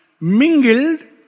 mingled